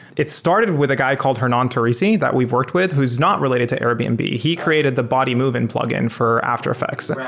it started with a guy called hernan torrisi that we've worked with, who's not related to airbnb. he created the bodymovin plugin for after effects.